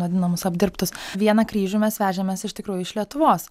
vadinamus apdirbtus vieną kryžių mes vežėmės iš tikrųjų iš lietuvos